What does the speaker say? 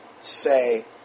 say